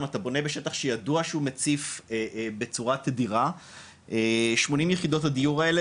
אם אתה בונה בשטח שידוע שהוא מציף בצורה תדירה 80 יחידות הדיור האלה,